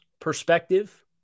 perspective